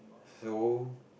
so